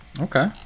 Okay